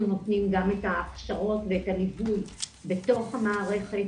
נותנים גם את ההכשרות ואת הליווי בתוך המערכת,